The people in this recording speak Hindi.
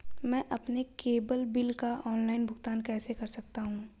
मैं अपने केबल बिल का ऑनलाइन भुगतान कैसे कर सकता हूं?